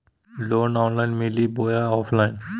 Loan online मिली बोया offline?